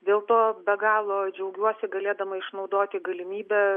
dėl to be galo džiaugiuosi galėdama išnaudoti galimybę